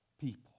people